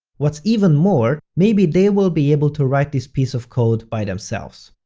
what's even more, maybe they will be able to write this piece of code by themselves.